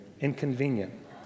inconvenient